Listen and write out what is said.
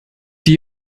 die